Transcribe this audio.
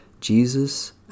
Jesus